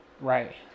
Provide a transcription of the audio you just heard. Right